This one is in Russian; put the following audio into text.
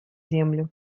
землю